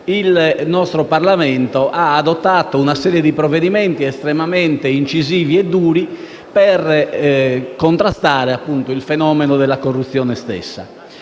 il nostro Parlamento ha adottato una serie di provvedimenti estremamente incisivi e duri per contrastare tale fenomeno. Abbiamo trattato della